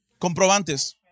Comprobantes